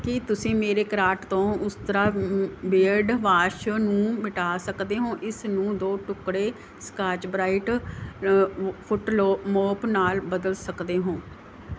ਕੀ ਤੁਸੀਂ ਮੇਰੇ ਕਰਾਟ ਤੋਂ ਉਸਤਰਾ ਬਿਅਡ ਵਾਸ਼ ਨੂੰ ਮਿਟਾ ਸਕਦੇ ਹੋ ਇਸਨੂੰ ਦੋ ਟੁਕੜੇ ਸਕਾਚ ਬ੍ਰਾਈਟ ਫੁੱਟਲੋ ਮੋਪ ਨਾਲ ਬਦਲ ਸਕਦੇ ਹੋ